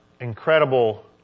incredible